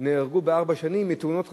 נהרגו בארבע שנים מתאונות חצר.